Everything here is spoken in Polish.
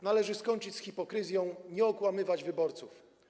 Należy skończyć z hipokryzją, nie okłamywać wyborców.